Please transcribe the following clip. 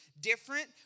different